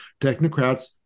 technocrats